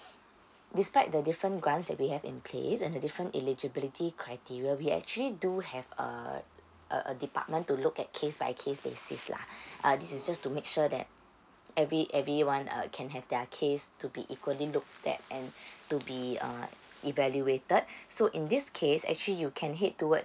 despite the different grants that we have in place and the different eligibility criteria we actually do have uh a a department to look at case by case basis lah uh this is just to make sure that every every one uh can have their case to be equally looked at and to be uh evaluated so in this case actually you can head towards